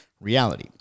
reality